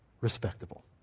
Respectable